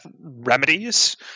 remedies